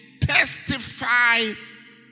testify